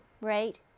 Right